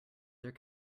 there